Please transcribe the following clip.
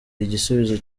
igisubizo